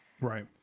right